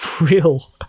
real